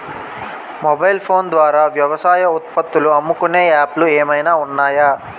Mobile phone ద్వారా వ్యవసాయ ఉత్పత్తులు అమ్ముకునే యాప్ లు ఏమైనా ఉన్నాయా?